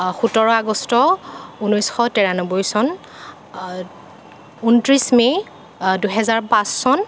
সোতৰ আগষ্ট ঊনৈছশ তিৰান্নব্বৈ চন ঊনত্ৰিছ মে দুহেজাৰ পাঁচ চন